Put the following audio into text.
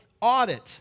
audit